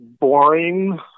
boring